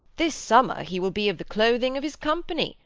this summer he will be of the clothing of his company,